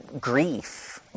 grief